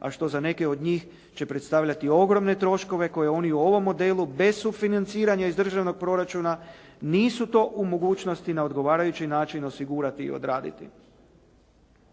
a što za neke od njih će predstavljati ogromne troškove koje oni u ovom modelu bez sufinanciranja iz državnog proračuna nisu to u mogućnosti na odgovarajući način osigurati i odraditi.